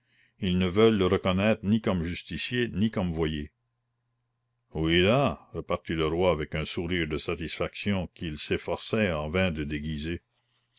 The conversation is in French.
ils ne veulent le reconnaître ni comme justicier ni comme voyer oui-da repartit le roi avec un sourire de satisfaction qu'il s'efforçait en vain de déguiser